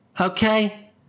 Okay